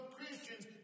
Christians